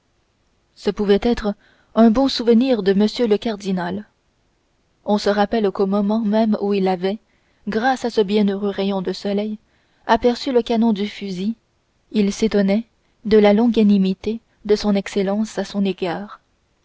ce pouvait être un bon souvenir de m le cardinal on se rappelle qu'au moment même où il avait grâce à ce bienheureux rayon de soleil aperçu le canon du fusil il s'étonnait de la longanimité de son éminence à son égard